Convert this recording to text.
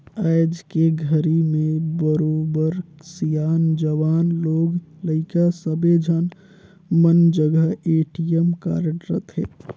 आयज के घरी में बरोबर सियान, जवान, लोग लइका सब्बे झन मन जघा ए.टी.एम कारड रथे